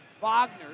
Wagner